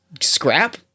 scrap